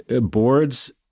boards